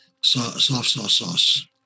Soft-Sauce-Sauce